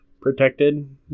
Protected